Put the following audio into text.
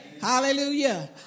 Hallelujah